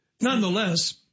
Nonetheless